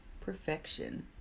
perfection